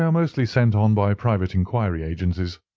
um mostly sent on by private inquiry agencies.